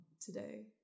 today